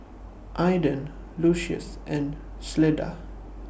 Aiden Lucious and Cleda